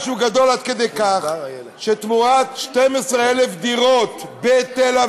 משהו גדול עד כדי כך שתמורת 12,000 דירות בתל-אביב,